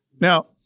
Now